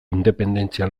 independentzia